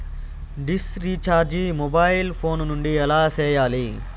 dish recharge mobile phone నుండి ఎలా సేయాలి